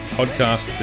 podcast